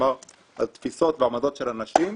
כלומר על תפיסות ועמדות של אנשים.